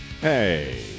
Hey